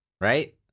right